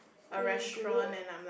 really good